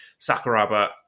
Sakuraba